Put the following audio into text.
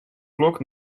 klok